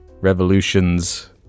revolutions